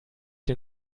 den